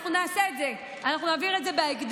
אנחנו נעשה את זה, אנחנו נעביר את זה בהקדם,